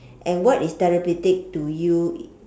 and what is therapeutic to you